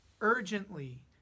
urgently